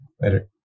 Later